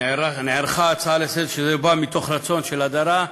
שנערכה כותרת ההצעה לסדר-היום, מתוך רצון להדרה.